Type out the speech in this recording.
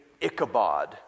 Ichabod